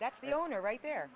that's the owner right there